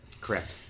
Correct